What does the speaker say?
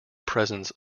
presence